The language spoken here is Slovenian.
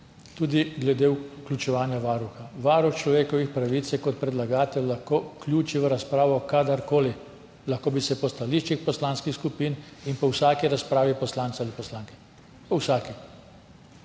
tudi glede vključevanja Varuha. Varuh človekovih pravic se kot predlagatelj lahko vključi v razpravo kadarkoli, lahko bi se po stališčih poslanskih skupin in po vsaki razpravi poslanca ali poslanke, po vsaki.